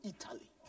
Italy